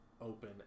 open